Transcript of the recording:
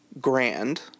Grand